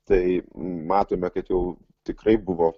tai matome kad jau tikrai buvo